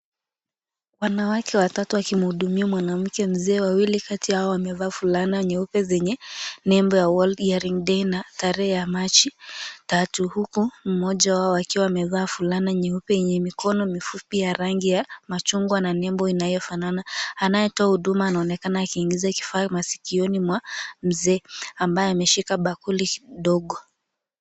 Wanawake watatu wakimhudumia mwanamke mzee, wawili kati yao wamevaa fulana nyeupe zenye nembo ya World Hearing Day , na tarehe ya Machi tatu, huku mmoja wao akiwa amevaa fulana nyeupe yenye mikono mifupi ya rangi ya machungwa na nembo inayofanana. Anayetoa huduma anaonekana akiingiza kifaa masikioni mwa mzee ambaye ameshika bakuli ndogo.